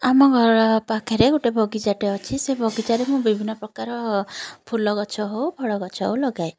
ଆମ ଘର ପାଖରେ ଗୋଟେ ବଗିଚାଟେ ଅଛି ସେ ବଗିଚାରେ ମୁଁ ବିଭିନ୍ନ ପ୍ରକାର ଫୁଲଗଛ ହେଉ ଫଳଗଛ ହେଉ ଲଗାଏ